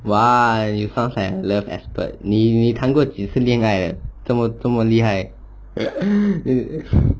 !wah! you sounds like love expert 你你谈过几次恋爱的这么这么厉害